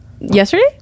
yesterday